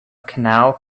canal